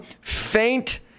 faint